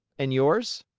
and yours?